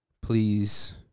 Please